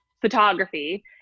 photography